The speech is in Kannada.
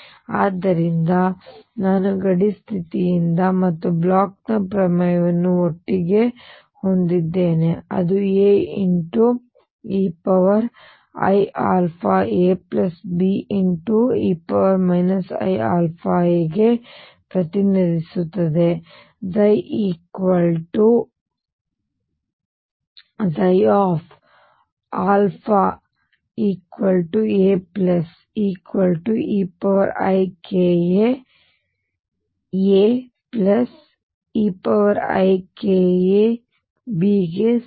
ಮತ್ತು ಆದ್ದರಿಂದ ನಾನು ಗಡಿ ಸ್ಥಿತಿಯಿಂದ ಮತ್ತು ಬ್ಲೋಚ್ ನ ಪ್ರಮೇಯವನ್ನು ಒಟ್ಟಿಗೆ ಹೊಂದಿದ್ದೇನೆ ಅದು AeiαaBe iαa ಪ್ರತಿನಿಧಿಸುತ್ತದೆ ಅದು xa eikaAeikaB ಗೆ ಸಮ